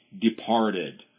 departed